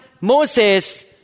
Moses